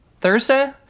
Thursday